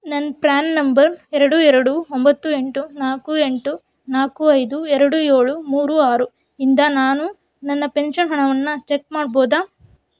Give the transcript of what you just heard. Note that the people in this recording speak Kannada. ನನ್ನ ಪ್ರ್ಯಾನ್ ನಂಬರ್ ಎರಡು ಎರಡು ಒಂಬತ್ತು ಎಂಟು ನಾಲ್ಕು ಎಂಟು ನಾಲ್ಕು ಐದು ಎರಡು ಏಳು ಮೂರು ಆರು ಇಂದ ನಾನು ನನ್ನ ಪೆನ್ಷನ್ ಹಣವನ್ನು ಚೆಕ್ ಮಾಡ್ಬೋದಾ